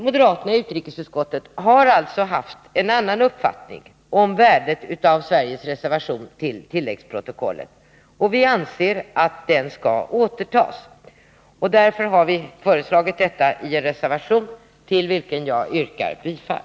Moderaterna i utrikesutskottet har alltså haft en annan uppfattning om värdet av Sveriges reservation till tilläggsprotokollet och vi anser att reservationen bör återtas. Vi har föreslagit detta i reservationen, till vilken jag yrkar bifall.